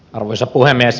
arvoisa puhemies